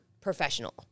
professional